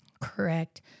Correct